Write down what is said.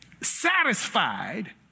satisfied